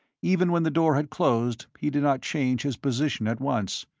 even when the door had closed he did not change his position at once.